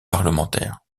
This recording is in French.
parlementaire